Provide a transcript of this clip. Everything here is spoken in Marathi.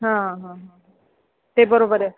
हां हां हां ते बरोबर आहे